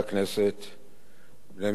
בני משפחת עזרא היקרים,